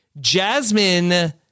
Jasmine